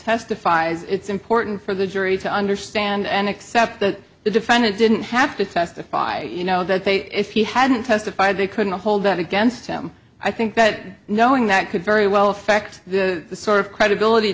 testifies it's important for the jury to understand and accept that the defendant didn't have to testify you know that they if he hadn't testified they could not hold that against him i think that knowing that could very well fact the sort of credibility